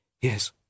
yes